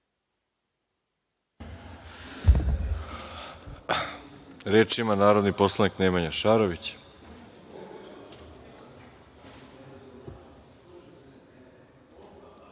Reč ima narodni poslanik Nemanja Šarović,